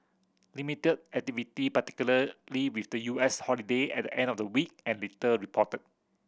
limited activity particularly with the U S holiday at the end of the week and little reported